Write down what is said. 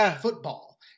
football